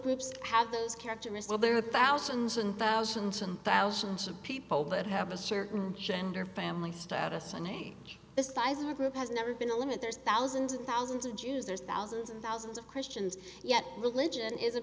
groups have those character missile there are thousands and thousands and thousands of people that have a certain gender family status and the size of a group has never been a limit there's thousands and thousands of jews there's thousands and thousands of christians yet religion is a